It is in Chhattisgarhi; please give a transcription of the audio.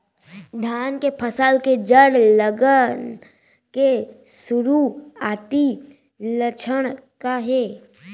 धान के फसल के जड़ गलन के शुरुआती लक्षण का हे?